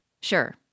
Sure